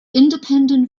independent